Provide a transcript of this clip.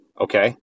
Okay